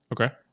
Okay